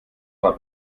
war